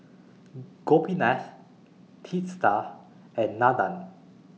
Gopinath Teesta and Nandan